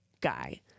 guy